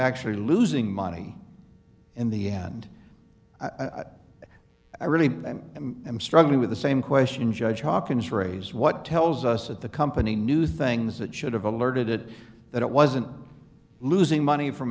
actually losing money in the end i guess i really am struggling with the same question judge hawkins phrase what tells us that the company knew things that should have alerted it that it wasn't losing money from